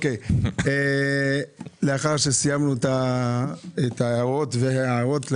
לאחר שסיימנו את ההערות וההארות,